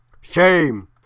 Shame